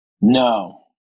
No